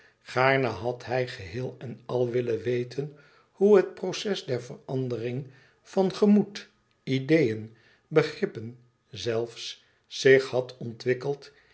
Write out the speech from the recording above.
gaarne had hij geheel en al willen weten hoe het proces der verandering van gemoed ideeën begrippen zelfs zich had ontwikkeld